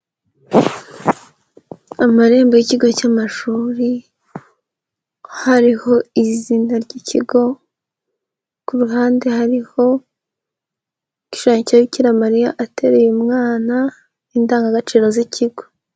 Amarembo y'ikigo cy'amashuri hariho izina ry'ikigo, ku ruhande hariho igishushanyo cya Bikira Mariya atereye umwana n'indangagaciro z'ikigo.